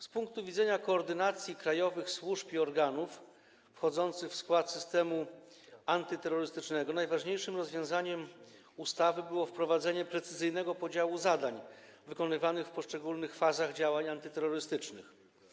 Z punktu widzenia koordynacji krajowych służb i organów wchodzących w skład systemu antyterrorystycznego najważniejszym rozwiązaniem zawartym w ustawie było wprowadzenie precyzyjnego podziału zadań wykonywanych w poszczególnych fazach działań antyterrorystycznych.